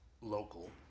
local